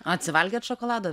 atsivalgėt šokolado